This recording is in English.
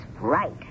right